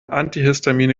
antihistamine